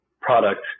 product